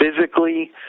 physically